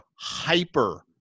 hyper